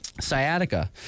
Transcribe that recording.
Sciatica